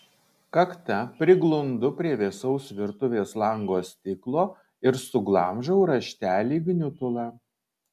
kakta priglundu prie vėsaus virtuvės lango stiklo ir suglamžau raštelį į gniutulą